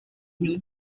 nyuma